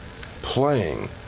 playing